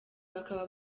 bakaba